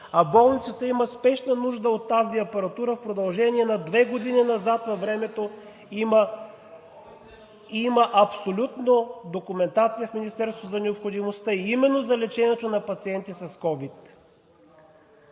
а болницата има спешна нужда от тази апаратура в продължение на две години назад във времето. Има абсолютно документация в Министерството за необходимостта именно за лечението на пациенти с ковид.